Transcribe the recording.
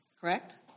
correct